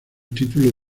título